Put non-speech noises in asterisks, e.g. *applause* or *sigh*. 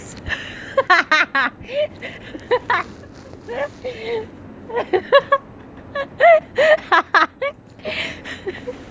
*laughs*